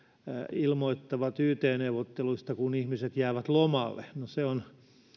ilmoittavat yt neuvotteluista kun ihmiset jäävät lomalle no se on